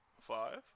Five